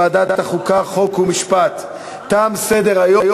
לוועדת החוקה, חוק ומשפט נתקבלה.